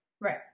right